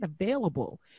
available